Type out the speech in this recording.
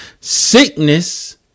Sickness